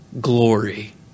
glory